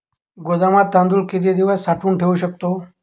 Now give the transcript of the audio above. गोदामात तांदूळ किती दिवस साठवून ठेवू शकतो?